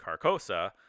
Carcosa